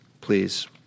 please